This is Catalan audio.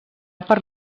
per